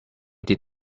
did